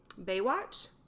Baywatch